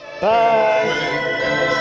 bye